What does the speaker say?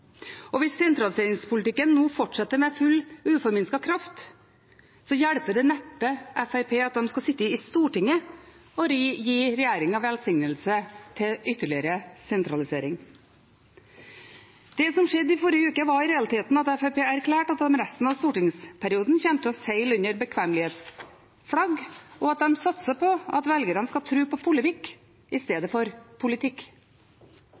Og hvis sentraliseringspolitikken nå fortsetter med uforminsket kraft, hjelper det neppe Fremskrittspartiet at de skal sitte i Stortinget og gi regjeringen sin velsignelse til ytterligere sentralisering. Det som skjedde i forrige uke, var i realiteten at Fremskrittspartiet erklærte at de resten av stortingsperioden kommer til å seile under bekvemmelighetsflagg, og at de satser på at velgerne skal tro på polemikk i stedet for politikk.